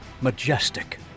majestic